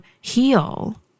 heal